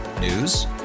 News